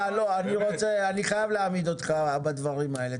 אני חייב להעמיד אותך בדברים האלה.